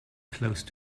close